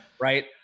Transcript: right